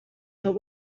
but